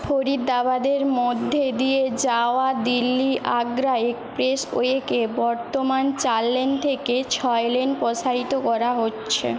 ফরিদাবাদের মধ্যে দিয়ে যাওয়া দিল্লি আগ্রা এক্সপ্রেসওয়েকে বর্তমান চার লেন থেকে ছয় লেন প্রসারিত করা হচ্ছে